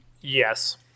Yes